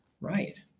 Right